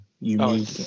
unique